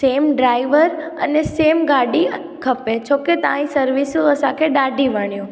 same driver अने same गाॾी खपे छोकी तव्हां जी सर्विसूं असांखे ॾाढियूं वणियूं